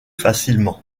facilement